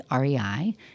REI